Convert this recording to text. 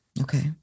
Okay